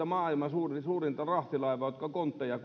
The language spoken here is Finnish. maailman suurimman rahtilaivan jotka kuljettavat kontteja